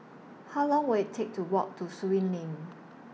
How Long Will IT Take to Walk to Surin Lane